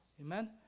Amen